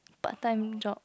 part time job